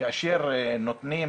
כאשר נותנים